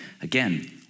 Again